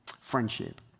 friendship